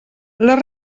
les